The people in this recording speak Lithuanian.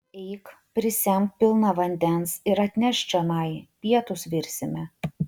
eik prisemk pilną vandens ir atnešk čionai pietus virsime